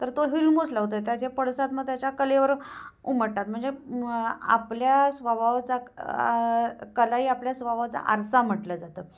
तर तो हिरमुसला होतो त्याचे पडसाद मग त्याच्या कलेवर उमटतात म्हणजे आपल्या स्वभावाचा कला ही आपल्या स्वभावाचा आरसा म्हटलं जातं